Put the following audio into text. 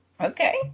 okay